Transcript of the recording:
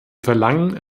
verlangen